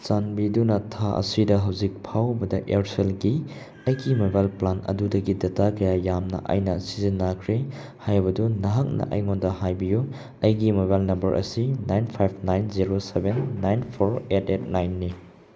ꯆꯥꯟꯕꯤꯗꯨꯅ ꯊꯥ ꯑꯁꯤꯗ ꯍꯧꯖꯤꯛ ꯐꯥꯎꯕꯗ ꯏꯌꯥꯔꯁꯦꯜꯒꯤ ꯑꯩꯒꯤ ꯃꯣꯕꯥꯏꯜ ꯄ꯭ꯂꯥꯟ ꯑꯗꯨꯗꯒꯤ ꯗꯇꯥ ꯀꯌꯥ ꯌꯥꯝꯅ ꯑꯩꯅ ꯁꯤꯖꯤꯟꯅꯈ꯭ꯔꯦ ꯍꯥꯏꯕꯗꯨ ꯅꯍꯥꯛꯅ ꯑꯩꯉꯣꯟꯗ ꯍꯥꯏꯕꯤꯌꯨ ꯑꯩꯒꯤ ꯃꯣꯕꯥꯏꯜ ꯅꯝꯕꯔ ꯑꯁꯤ nine five nine zero seven nine four eight eight nine ꯅꯤ